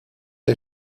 est